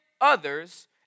others